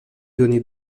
donnez